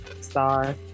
Star